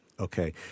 Okay